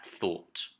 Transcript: thought